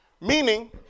Meaning